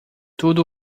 tudo